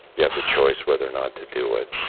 you have the choice whether or not to do it.